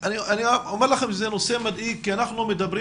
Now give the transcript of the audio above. אני אומר לכם שזה נושא מדאיג כי אנחנו מדברים